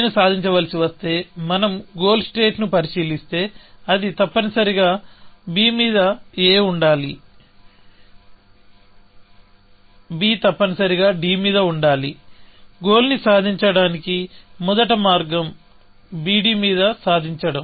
నేను సాధించవలసి వస్తే మనం గోల్ స్టేట్ ని పరిశీలిస్తే అది తప్పనిసరిగా b మీద a ఉండాలి b తప్పనిసరిగా d మీద ఉండాలి గోల్ ని సాధించడానికి మొదట మార్గం bd మీద సాధించడం